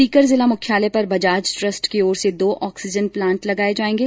सीकर जिला मुख्यालय पर बजाज ट्रस्ट की ओर से दो ऑक्सीजन प्लांट लगाए जाएंगे